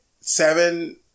seven